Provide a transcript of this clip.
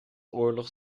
oorlog